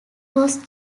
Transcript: was